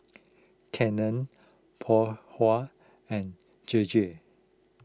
Canon Phoon Huat and J J